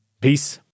Peace